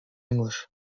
english